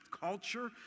culture